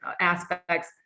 aspects